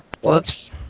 Whoops